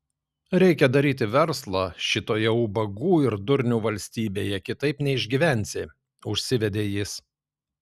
reikia daryti verslą šitoje ubagų ir durnių valstybėje kitaip neišgyvensi užsivedė jis